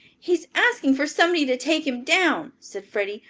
he is asking for somebody to take him down, said freddie.